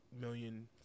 million